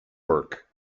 work